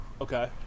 Okay